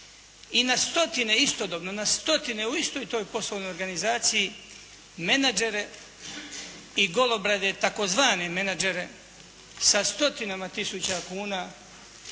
i na stotine istodobno, na stotine u istoj toj poslovnoj organizaciji menađere i golobrade, tzv. menađere sa stotinama tisuća kuna